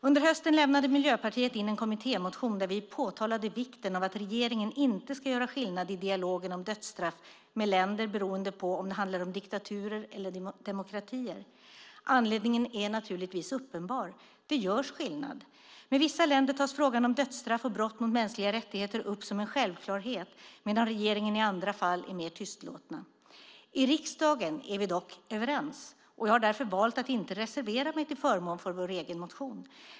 Under hösten lämnade Miljöpartiet in en kommittémotion där vi påtalade vikten av att regeringen inte ska göra skillnad i dialogen om dödsstraff med länder beroende på om det handlar om diktaturer eller demokratier. Anledningen är naturligtvis uppenbar. Det görs skillnad. Med vissa länder tas frågan om dödsstraff och brott mot mänskliga rättigheter upp som en självklarhet, medan regeringen i andra fall är mer tystlåten. I riksdagen är vi dock överens. Jag har därför valt att inte reservera mig till förmån för vår egen motion.